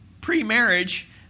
pre-marriage